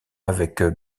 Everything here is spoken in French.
avec